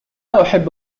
أحب